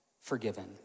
forgiven